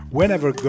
Whenever